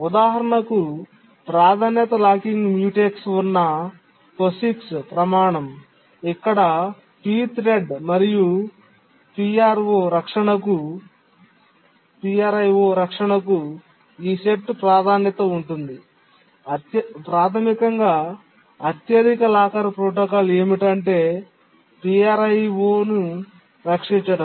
ఉదాహరణకు ప్రాధాన్యత locking mutex ఉన్న POSIX ప్రమాణం ఇక్కడ p థ్రెడ్ మరియు PRIO రక్షణకు ఈ సెట్ ప్రాధాన్యత ఉంది ప్రాథమికంగా అత్యధిక లాకర్ ప్రోటోకాల్ ఏమిటంటే PRIO ను రక్షించడం